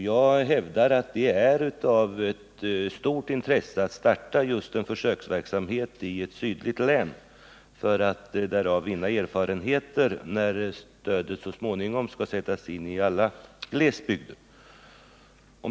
Jag hävdar att det är av stort intresse att en försöksverksamhet startas i ett sydligt län så att vi därav kan vinna erfarenheter tills stödet så småningom skall sättas in i alla glesbygder.